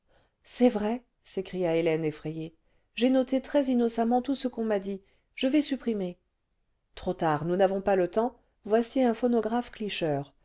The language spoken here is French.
c'est vrai s'écria hélène effrayée j'ai noté très innocemment tout ce qu'on m'a dit je vais supprimer trop tard nous n'avons pas le temps voici un phonographe cliché